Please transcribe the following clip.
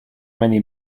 many